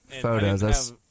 photos